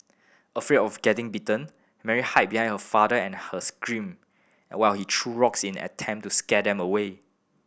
afraid of getting bitten Mary hid behind her father and her screamed while he threw rocks in an attempt to scare them away